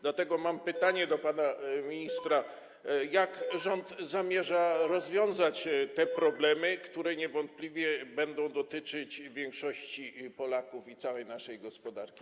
Dlatego mam pytanie do pana ministra: Jak rząd zamierza rozwiązać te problemy, które niewątpliwie będą dotyczyć większości Polaków i całej naszej gospodarki?